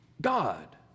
God